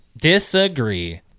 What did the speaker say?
Disagree